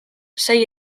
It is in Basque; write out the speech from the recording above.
sei